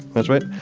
that's right.